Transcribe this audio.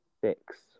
Six